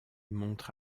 montre